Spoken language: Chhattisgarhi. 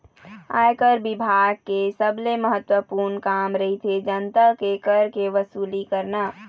आयकर बिभाग के सबले महत्वपूर्न काम रहिथे जनता ले कर के वसूली करना